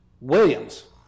Williams